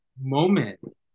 moment